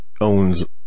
owns